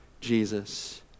Jesus